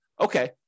okay